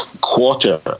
quarter